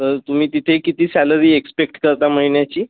तर तुम्ही तिथे किती सॅलरी एकस्पेक्ट करता महिन्याची